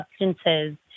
substances